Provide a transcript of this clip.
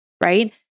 right